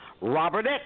Robert